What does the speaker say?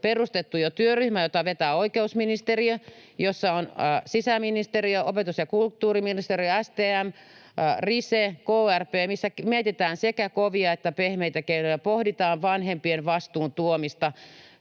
perustettu jo työryhmä, jota vetää oikeusministeriö, jossa ovat sisäministeriö, opetus- ja kulttuuriministeriö, STM, Rise ja krp, jossa mietitään sekä kovia että pehmeitä keinoja ja pohditaan vanhempien vastuun tuomista,